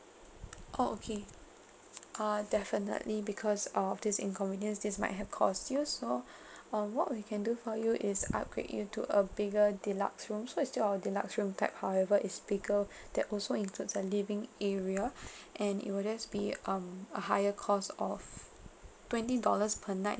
orh okay err definitely because of this inconvenience this might have cost you so um what we can do for you is upgrade you to a bigger deluxe room so is still our deluxe room type however is bigger that also includes a living area and it will just be um a higher cost of twenty dollars per night